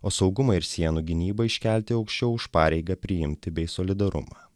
o saugumą ir sienų gynybą iškelti aukščiau už pareigą priimti bei solidarumą